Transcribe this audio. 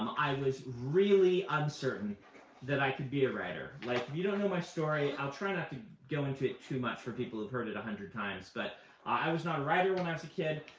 um i was really uncertain that i could be a writer. like, you don't know my story. i'll try not to go into it too much, for people who have heard it a hundred times. but i was not a writer when i was a kid.